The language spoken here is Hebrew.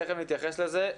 תיכף נתייחס לזה,